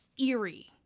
eerie